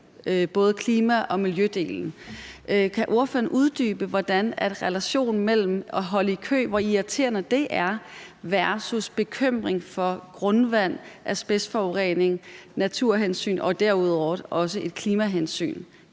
både klima- og miljødelen. Kan ordføreren uddybe, hvordan relationen er mellem det, altså hvor irriterende det er at holde i kø versus bekymringen for grundvandet, asbestforurening, naturhensyn og derudover også et klimahensyn?